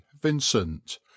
vincent